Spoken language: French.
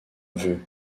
neveu